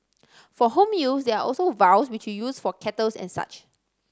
for home use there are also vials which you use for kettles and such